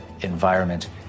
environment